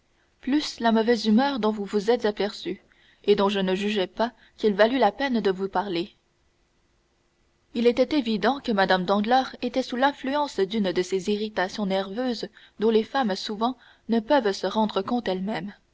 plus la mauvaise humeur dont vous vous êtes aperçu et dont je ne jugeais pas qu'il valût la peine de vous parler il était évident que mme danglars était sous l'influence d'une de ces irritations nerveuses dont les femmes souvent ne peuvent se rendre compte elles-mêmes